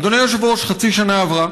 אדוני היושב-ראש, חצי שנה עברה,